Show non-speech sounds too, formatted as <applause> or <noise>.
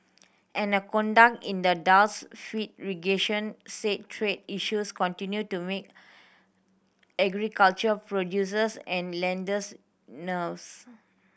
and a contact in the Dallas Fed region said trade issues continue to make agricultural producers and lenders <unintelligible>